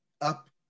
Up